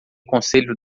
conselho